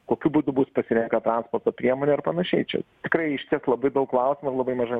kokiu būdu bus pasirenka priemonė ir panašiai čia tikrai išties labai daug klausimų ir labai mažai